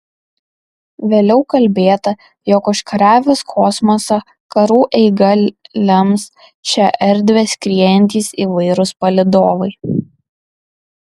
vėliau kalbėta jog užkariavus kosmosą karų eigą lems šia erdve skriejantys įvairūs palydovai